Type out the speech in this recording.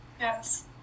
Yes